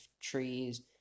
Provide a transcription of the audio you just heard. trees